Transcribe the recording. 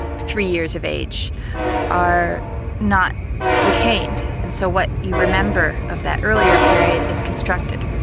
three years of age are not retained, and so what you remember of that earlier period is constructed.